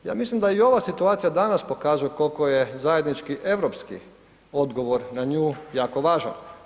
Ja mislim da i ova situacija danas pokazuje kolko je zajednički europski odgovor na nju jako važan.